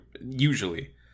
usually